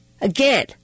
Again